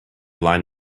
line